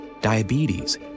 diabetes